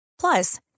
Plus